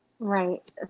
Right